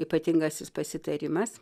ypatingasis pasitarimas